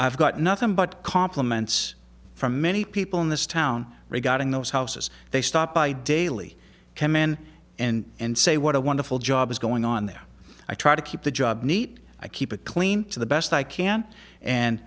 i've got nothing but compliments from many people in this town regarding those houses they stop by daily came in and say what a wonderful job is going on there i try to keep the job neat i keep it clean the best i can and